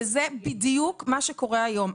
וזה בדיוק מה שקורה היום.